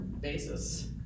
basis